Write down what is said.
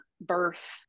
birth